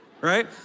right